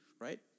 right